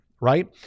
right